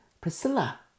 Priscilla